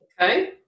Okay